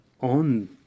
on